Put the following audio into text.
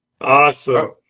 Awesome